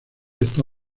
está